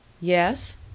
Yes